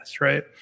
right